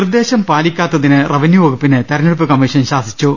നിർദ്ദേശം പാലിക്കാത്തിന് റവന്യു വകുപ്പിനെ കമ്മിഷൻ തിരഞ്ഞെ ടുപ്പ് കമ്മിഷൻ ശാസിച്ചു